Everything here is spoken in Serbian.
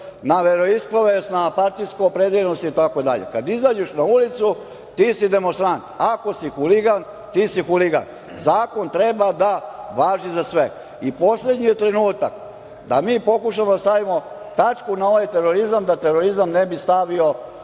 Na veroispovest, na partijsko opredeljenost itd. Kada izađeš na ulicu ti si demonstrant, a ako si huligan ti si huligan. Zakon treba da važi za sve i poslednji je trenutak da mi pokušamo da stavimo tačku na ovaj terorizam da terorizam ne bi stavio